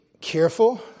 careful